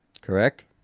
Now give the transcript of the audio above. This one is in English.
Correct